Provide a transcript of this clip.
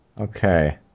Okay